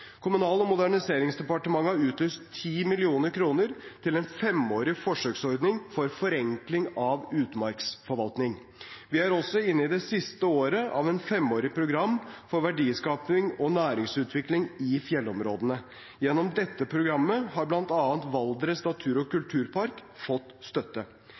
Kommunal- og moderniseringsdepartementet har utlyst 10 mill. kr til en femårig forsøksordning for forenkling av utmarksforvaltningen. Vi er også inne i det siste året av et femårig program for verdiskaping og næringsutvikling i fjellområdene. Gjennom dette programmet har bl.a. Valdres Natur- og Kulturpark fått støtte.